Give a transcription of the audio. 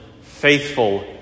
faithful